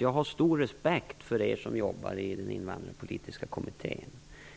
Jag har stor respekt för er som jobbar i den invandrarpolitiska kommittén.